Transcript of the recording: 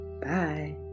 Bye